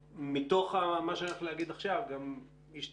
מתוך מה שאני הולך להגיד עכשיו גם ישתמע,